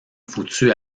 foutu